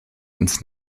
ins